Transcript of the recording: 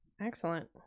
Excellent